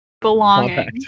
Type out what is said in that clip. belonging